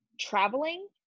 traveling